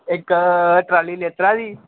इक्क ट्राली लेतरा दी